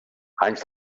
anys